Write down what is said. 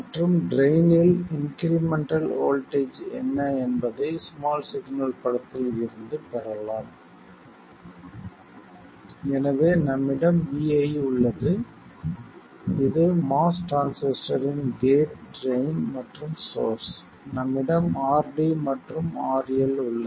மற்றும் ட்ரைன்னில் incremental voltage என்ன என்பதை ஸ்மால் சிக்னல் படத்தில் இருந்து பெறலாம் எனவே நம்மிடம் vi உள்ளது இது MOS டிரான்சிஸ்டரின் கேட் ட்ரைன் மற்றும் சோர்ஸ் நம்மிடம் RD மற்றும் RL உள்ளது